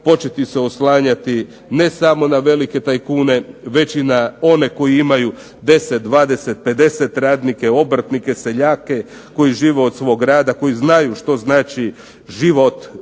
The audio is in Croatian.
početi se oslanjati ne samo na velike tajkune, već i na one koji imaju 10, 20, 50 radnika, obrtnike, seljake, koji žive od svoga rada, koji znaju što znači život